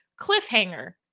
Cliffhanger